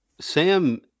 Sam